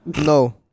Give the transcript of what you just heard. No